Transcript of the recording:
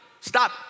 Stop